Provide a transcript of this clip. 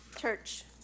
Church